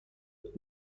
پیش